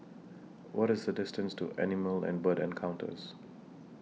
What IS The distance to Animal and Bird Encounters